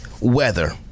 Weather